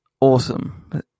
awesome